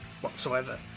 whatsoever